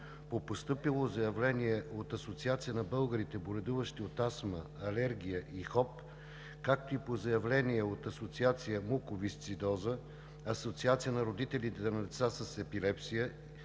По постъпило заявление от Асоциацията на българите, боледуващи от асма, алергия и ХОББ, както и по заявление от Асоциация „Муковисцидоза“, Асоциацията на родителите на деца с епилепсия